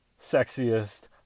sexiest